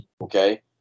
Okay